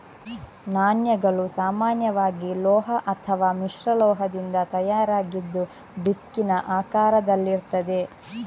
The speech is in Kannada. ನಾಣ್ಯಗಳು ಸಾಮಾನ್ಯವಾಗಿ ಲೋಹ ಅಥವಾ ಮಿಶ್ರಲೋಹದಿಂದ ತಯಾರಾಗಿದ್ದು ಡಿಸ್ಕಿನ ಆಕಾರದಲ್ಲಿರ್ತದೆ